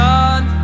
God